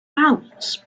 hours